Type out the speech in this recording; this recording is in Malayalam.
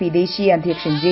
പി ദേശീയ അധ്യക്ഷൻ ്ര ജെ